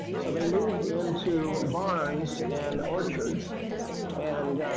so they moved into barns and orchards and